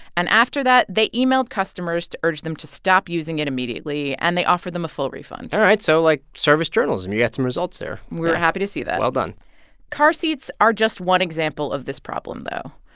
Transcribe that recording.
and after that, they emailed customers to urge them to stop using it immediately, and they offered them a full refund all right, so, like, service journalism you got some results there. yeah we're happy to see that well done car seats are just one example of this problem, though.